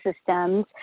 systems